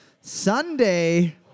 Sunday